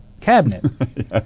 cabinet